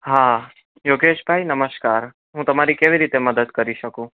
હા યોગેશ ભાઈ નમસ્કાર હુ તમારી કેવી રીતે મદદ કરી શકું